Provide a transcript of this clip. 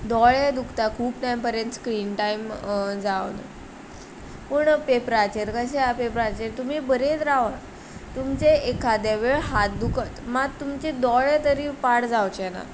दोळे दुखता खूब टायम पर्यंत स्क्रीन टायम जावन पूण पेपराचेर कशें आसा पेपराचेर तुमी बरयत रावा तुमचें एखादे वेळ हात दुखत मात तुमची दोळे तरी पाड जावचे ना